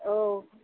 औ